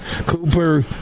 Cooper